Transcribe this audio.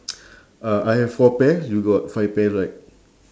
uh I have four pears you got five pears right